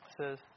says